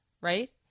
right